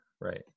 Right